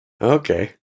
Okay